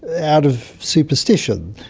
ah out of superstition,